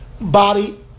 body